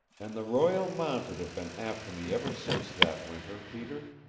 and the royal mounted have been after me ever since that winter, peter.